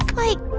like,